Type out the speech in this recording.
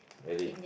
really